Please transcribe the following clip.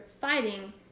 fighting